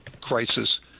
crisis